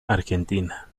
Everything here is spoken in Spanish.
argentina